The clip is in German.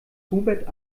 hubert